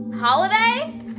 Holiday